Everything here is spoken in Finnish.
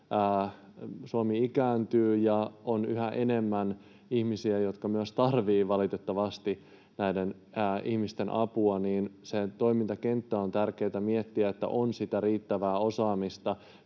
Suomi ikääntyy ja on yhä enemmän ihmisiä, jotka myös valitettavasti tarvitsevat näiden ihmisten apua, joten se toimintakenttä on tärkeätä miettiä, että on sitä riittävää osaamista